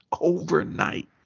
Overnight